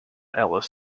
ellis